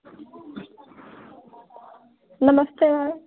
नमस्ते सर